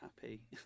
happy